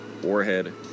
warhead